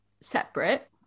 separate